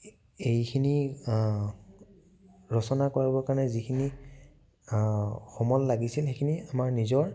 এইখিনি ৰচনা কৰিব কাৰণে যিখিনি সমল লাগিছিল সেইখিনি আমাৰ নিজৰ